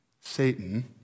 Satan